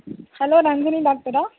hello Nandini டாக்டரா